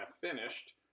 finished